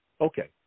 Okay